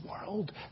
world